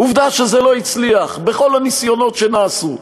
עובדה שזה לא הצליח בכל הניסיונות שנעשו.